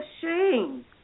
shame